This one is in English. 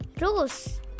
Rose